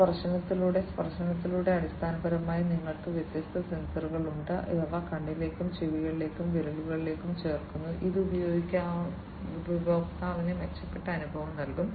സ്പർശനത്തിലൂടെ സ്പർശനത്തിലൂടെ അടിസ്ഥാനപരമായി നിങ്ങൾക്ക് വ്യത്യസ്ത സെൻസറുകൾ ഉണ്ട് അവ കണ്ണിലേക്കും ചെവികളിലേക്കും വിരലുകളിലേക്കും ചേർക്കുന്നു ഇത് ഉപയോക്താവിന് മെച്ചപ്പെട്ട അനുഭവം നൽകും